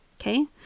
Okay